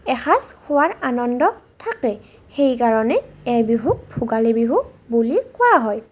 এসাঁজ খোৱাৰ আনন্দ থাকে সেইকাৰণে এই বিহুক ভোগালী বিহু বুলি কোৱা হয়